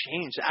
change